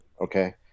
Okay